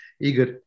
Igor